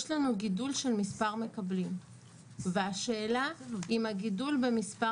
יש לנו גידול של מספר מקבלים והשאלה אם הגידול במספר